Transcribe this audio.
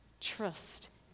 Trust